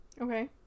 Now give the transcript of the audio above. Okay